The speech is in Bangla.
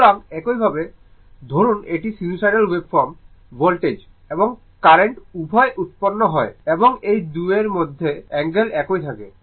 সুতরাং এইভাবে ধরুন এটি সিনুসোইডাল ওয়েভফর্ম ভোল্টেজ এবং কারেন্ট উভয়ই উৎপন্ন হয় তবে এই 2 এর মধ্যে অ্যাঙ্গেল একই থাকে